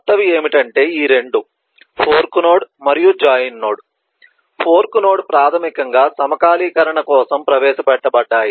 క్రొత్తవి ఏమిటంటే ఈ 2 fork node మరియు జాయిన్ నోడ్ ఫోర్క్ నోడ్ ప్రాథమికంగా సమకాలీకరణ కోసం ప్రవేశపెట్టబడ్డాయి